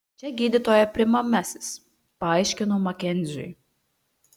čia gydytojo priimamasis paaiškinau makenziui